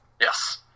Yes